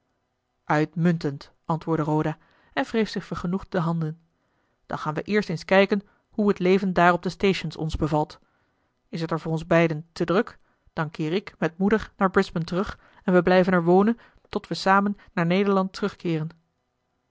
uitmuntend antwoordde roda en wreef zich vergenoegd de handen dan gaan we eerst eens kijken hoe het leven daar op de stations ons bevalt is het er voor ons beiden te druk dan keer ik met moeder naar brisbane terug en we blijven er wonen tot we samen naar nederland terugkeeren